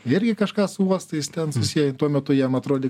irgi kažką su uostais ten susiję tuo metu jam atrodė